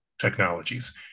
technologies